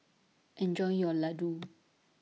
Enjoy your Ladoo